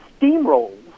steamrolls